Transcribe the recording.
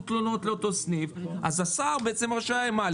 גדולה של תלונות באותו סניף אז השר רשאי מה?